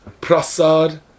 Prasad